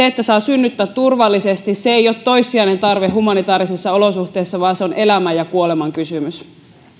että saa synnyttää turvallisesti ei ole toissijainen tarve humanitaarisissa olosuhteissa vaan se on elämän ja kuoleman kysymys